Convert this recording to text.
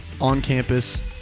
on-campus